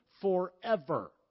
forever